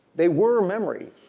they were a memory.